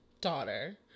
daughter